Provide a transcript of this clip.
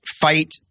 fight